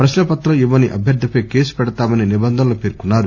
ప్రక్నా పత్రం ఇవ్వని అభ్యర్దిపై కేసు పెడతామని నిబంధనలో పేర్కొన్నారు